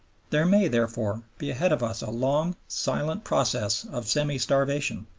there may, therefore, be ahead of us a long, silent process of semi-starvation,